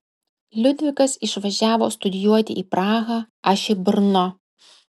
liudvikas išvažiavo studijuoti į prahą aš į brno